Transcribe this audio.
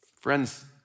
Friends